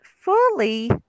fully